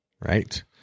right